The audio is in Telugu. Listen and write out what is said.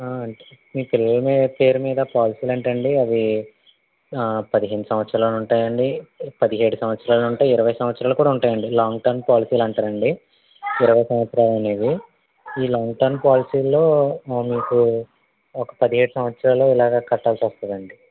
మీ పిల్లల పేరు మీద పాలసీలు అంటేఅండి అవి పదిహేను సంవత్సరాలైనా ఉంటాయండి పదిహేడు సంవత్సరాలు ఉంటాయి ఇరవై సంవత్సరాలు కూడా ఉంటాయండి లాంగ్ టర్మ్ పాలసీలు అంటారండి ఇరవై సంవత్సరాలు అనేవి ఈ లాంగ్ టర్మ్ పాలసీలలో మీకు ఒక పదిహేడు సంవత్సరాలు అలా కట్టాల్సి వస్తుందండి